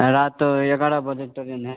रात ग्यारह बजे ट्रेन है